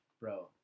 bro